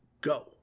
Go